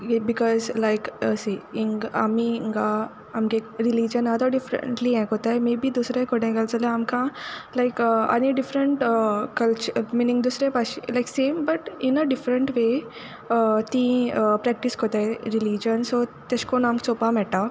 because like see हिं आमी हिंगां आमगे रिलीजन आसा तो डिफरंटली हें कोतताय मे बी दुसरे कडेन घालता जाल्या आमकां लायक आनी डिफरंट कल्चर मिनींग दुसरे भाशेन like same but in a different way ती प्रेक्टीस कोत्ताय रिलीजन सो तेशें कोन्न आमकां चोवपा मेयटा